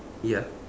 ya